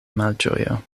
malĝojo